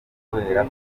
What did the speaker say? kubera